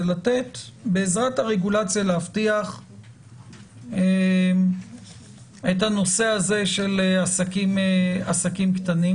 להבטיח בעזרת הרגולציה את הנושא של עסקים קטנים.